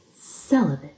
celibate